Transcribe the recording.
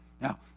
Now